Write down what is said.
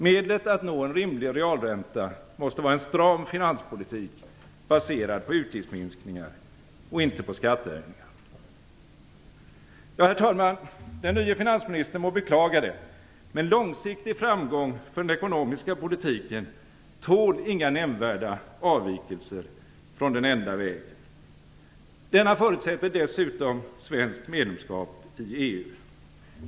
Medlet att nå en rimlig realränta måste vara en stram finanspolitik, baserad på utgiftsminskningar och inte på skattehöjningar. Herr talman! Den nye finansministern må beklaga det, men långsiktig framgång för den ekonomiska politiken tål inga nämnvärda avvikelser från den enda vägen. Denna förutsätter dessutom svenskt medlemskap i EU.